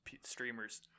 streamers